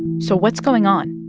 so what's going on?